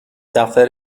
دفتر